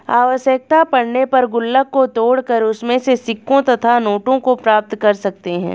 आवश्यकता पड़ने पर गुल्लक को तोड़कर उसमें से सिक्कों तथा नोटों को प्राप्त कर सकते हैं